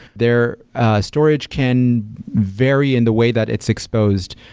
their storage can vary in the way that it's exposed.